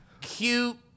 cute